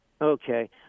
Okay